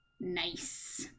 Nice